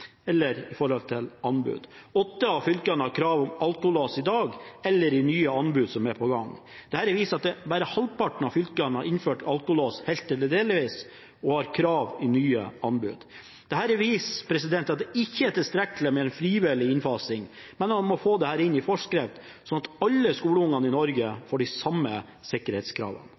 eller når det gjelder anbud. Åtte av fylkene har krav om alkolås i dag eller i nye anbud som er på gang. Dette viser at bare halvparten av fylkene har innført alkolås helt eller delvis og har krav i nye anbud. Dette viser at det ikke er tilstrekkelig med en frivillig innfasing, men at man må få dette inn i forskrift, slik at alle skolebarn i